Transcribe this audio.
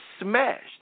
smashed